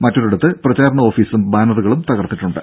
മറ്റൊരിടത്ത് പ്രചാരണ ഓഫീസും ബാനറുകളും തകർത്തിട്ടുമുണ്ട്